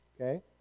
Okay